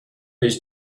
his